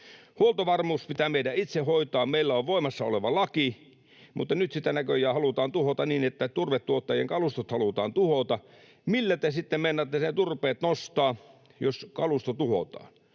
Huoltovarmuus pitää meidän itse hoitaa, meillä on voimassa oleva laki. Mutta nyt sitä näköjään halutaan tuhota niin, että turvetuottajien kalustot halutaan tuhota. Millä te sitten meinaatte ne turpeet nostaa, jos kalusto tuhotaan?